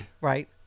Right